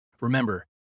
Remember